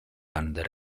under